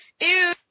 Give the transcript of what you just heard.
ew